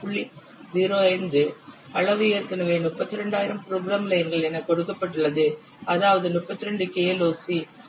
05 அளவு ஏற்கனவே 32000 program lines என கொடுக்கப்பட்டுள்ளது அதாவது 32 KLOC